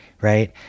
right